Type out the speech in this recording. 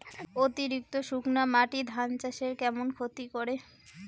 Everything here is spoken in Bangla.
অতিরিক্ত শুকনা মাটি ধান চাষের কেমন ক্ষতি করে?